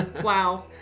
Wow